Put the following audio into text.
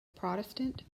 protestant